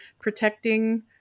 protecting